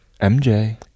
MJ